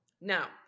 now